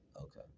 Okay